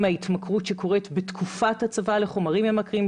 ההתמכרות שקורית בתקופת הצבא לחומרים ממכרים,